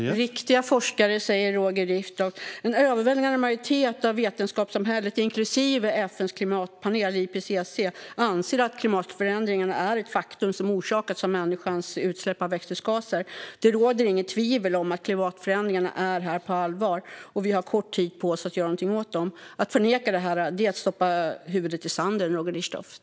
Herr ålderspresident! "Riktiga forskare", säger Roger Richtoff. En överväldigande majoritet av vetenskapssamhället, inklusive FN:s klimatpanel IPCC, anser att det är ett faktum att klimatförändringarna har orsakats av människans utsläpp av växthusgaser. Det råder inget tvivel om att klimatförändringarna är här på allvar, och vi har kort tid på oss att göra någonting åt dem. Att förneka det här är att stoppa huvudet i sanden, Roger Richtoff.